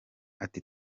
ati